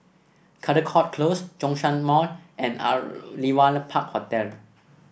Caldecott Close Zhongshan Mall and Aliwal Park Hotel